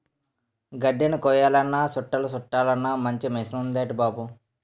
గడ్దిని కొయ్యాలన్నా సుట్టలు సుట్టలన్నా మంచి మిసనుందేటి బాబూ